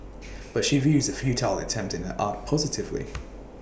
but she views the futile attempt in her art positively